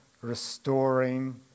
restoring